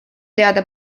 teada